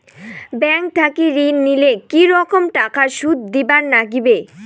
Bank থাকি ঋণ নিলে কি রকম টাকা সুদ দিবার নাগিবে?